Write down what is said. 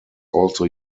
also